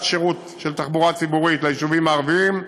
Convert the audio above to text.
שירות של תחבורה ציבורית ליישובים הערביים,